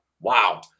Wow